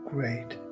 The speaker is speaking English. Great